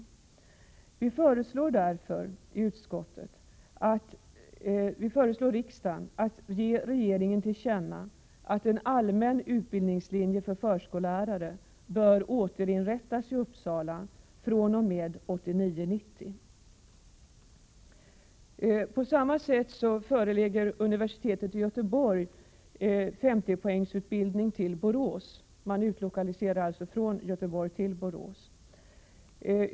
Utskottet föreslår därför riksdagen att ge regeringen till känna att en allmän utbildningslinje för förskollärare bör återinrättas i Uppsala fr.o.m. läsåret 1989/90. Universitetet i Göteborg förlägger på samma sätt 50-poängsutbildning till Borås. Man utlokaliserar alltså från Göteborg till Borås.